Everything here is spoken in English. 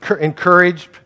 Encouraged